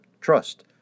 trust